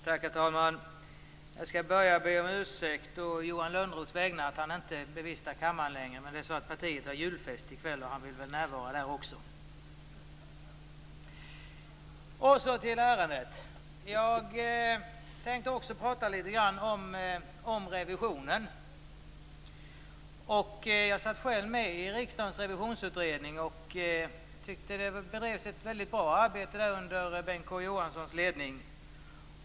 Herr talman! Jag skall börja med att å Johan Lönnroths vägnar be om ursäkt för att han inte bevistar kammaren längre, men partiet har julfest i kväll och han vill väl närvara där också. Jag går sedan över till ärendet. Jag tänkte också prata litet grand om revisionen. Jag satt själv med i riksdagens revisionsutredning, och jag tyckte att det bedrevs ett väldigt bra arbete där under Bengt K Å Johanssons ledning.